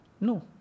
No